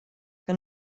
que